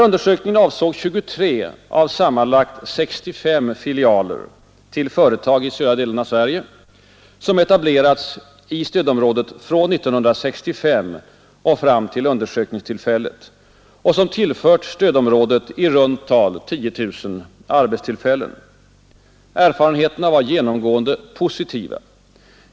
Undersökningen avsåg 23 av sammanlagt omkring 65 filialer till företag i södra delen av Sverige som etablerats i stödområdet från 1965 och fram till undersökningstillfället och som tillfört stödområdet i runt tal 10 000 arbetstillfällen. Erfarenheterna var genomgående positiva.